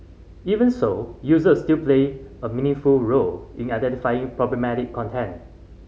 even so users still play a meaningful role in identifying problematic content